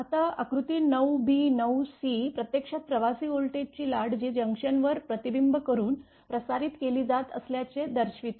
आता आकृती 9 b 9 c प्रत्यक्षात प्रवासी व्होल्टेज ची लाट जे जंक्शनवर प्रतिबिंब करून प्रसारित केली जात असल्याचे दर्शविते